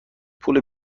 پول